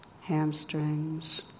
hamstrings